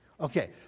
Okay